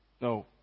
No